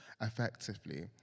effectively